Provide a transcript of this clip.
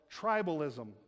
tribalism